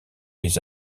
les